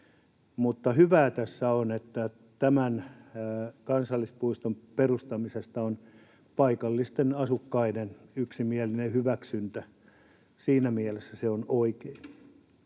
hyvää tässä on, että tämän kansallispuiston perustamisesta on paikallisten asukkaiden yksimielinen hyväksyntä. Siinä mielessä se on oikein.